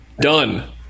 Done